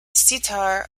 sitar